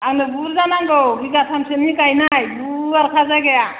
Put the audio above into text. आंनो बुरजा नांगौ बिघा थामसोनि गायनाय गुवारखा जायगाया